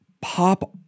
pop